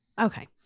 Okay